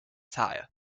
tire